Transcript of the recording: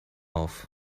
auf